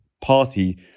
Party